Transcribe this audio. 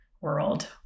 world